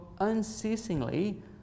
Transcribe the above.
unceasingly